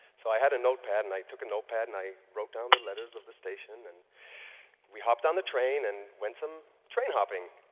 so i had a notepad, and i took a notepad, and i wrote down the letters of the station, and we hopped down the train and went on um train hopping.